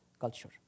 culture